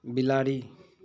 बिलाड़ि